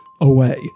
away